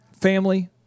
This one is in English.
family